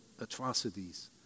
atrocities